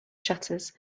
shutters